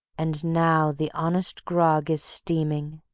and now the honest grog is steaming,